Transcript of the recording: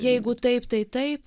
jeigu taip tai taip